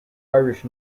irish